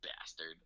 bastard